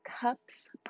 cups